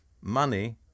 money